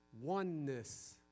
oneness